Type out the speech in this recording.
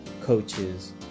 coaches